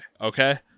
Okay